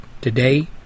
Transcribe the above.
today